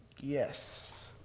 Yes